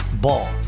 Ball